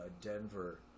Denver